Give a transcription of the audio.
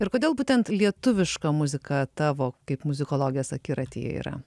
ir kodėl būtent lietuviška muzika tavo kaip muzikologės akiratyje yra